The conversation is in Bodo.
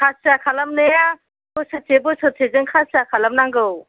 खासिया खालामनाया बोसोरसे बोसोरसेजों खासिया खालामनांगौ